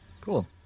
Cool